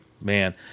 man